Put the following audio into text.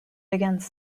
against